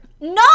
No